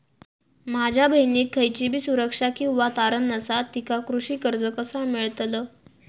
माझ्या बहिणीक खयचीबी सुरक्षा किंवा तारण नसा तिका कृषी कर्ज कसा मेळतल?